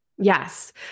Yes